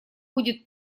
будет